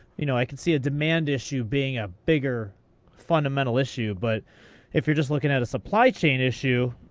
you know, i could see a demand issue being a bigger fundamental issue. but if you're just looking at a supply chain issue.